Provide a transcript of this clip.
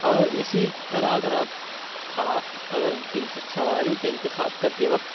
اور اسی طرح اگر آپ کھڑا اگر سواری کے انتخاب کرتے وقت